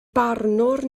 barnwr